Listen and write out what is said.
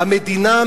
"המדינה,